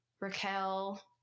Raquel